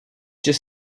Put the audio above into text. just